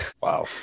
Wow